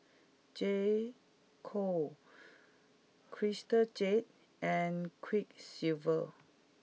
J Co Crystal Jade and Quiksilver